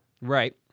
Right